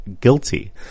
guilty